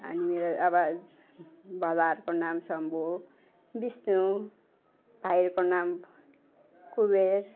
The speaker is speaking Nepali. अनि मेरो अब भदाहरूको नाम शम्भु हो विष्णु भाइको नाम कुबेर